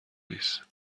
نیست